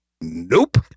nope